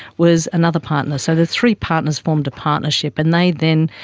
was another partner. so the three partners formed a partnership and they then,